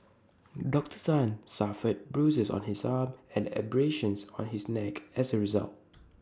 Doctor Tan suffered bruises on his arm and abrasions on his neck as A result